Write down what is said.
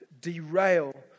derail